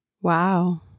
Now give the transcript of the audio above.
Wow